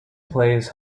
plays